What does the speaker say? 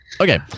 okay